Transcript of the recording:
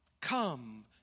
come